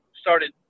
started